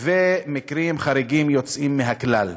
ומקרים חריגים יוצאים מהכלל.